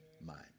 mind